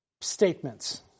statements